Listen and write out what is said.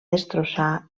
destrossar